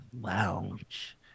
lounge